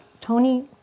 Tony